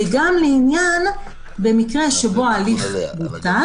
וגם לעניין מקרה שבו ההליך בוטל,